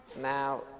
Now